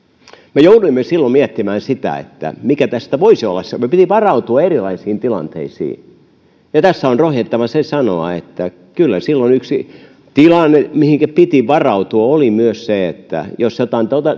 me jouduimme silloin miettimään sitä mikä tästä voisi tulla meidän piti varautua erilaisiin tilanteisiin ja tässä on rohjettava se sanoa että kyllä silloin yksi tilanne mihinkä piti varautua oli myös se että jos jotain